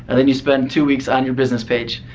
and then you spend two weeks on your business page.